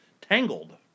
Tangled